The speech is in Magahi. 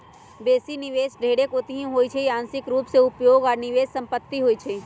बेशी निवेश ढेरेक ओतहि होइ छइ जे आंशिक रूप से उपभोग आऽ निवेश संपत्ति होइ छइ